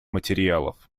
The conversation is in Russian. материалов